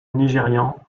nigérian